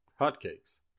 hotcakes